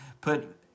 put